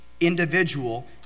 individual